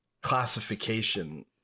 classification